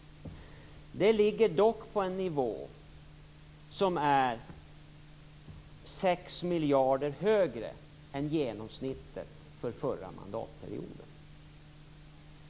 Dock ligger de på en nivå som är 6 miljarder högre än genomsnittet för förra mandatperioden.